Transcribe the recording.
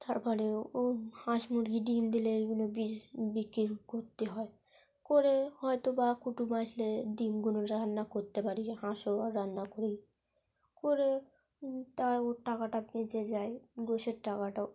তার পরে ও হাঁস মুরগি ডিম দিলে এইগুলো বি বিক্রি করতে হয় করে হয়তো বা কুটুম্ব আসলে ডিমগুলো রান্না করতে পারি হাঁসও রান্না করি করে তা ওর টাকাটা বেঁচে যায় গোশের টাকাটাও